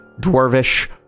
Dwarvish